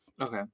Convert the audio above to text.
Okay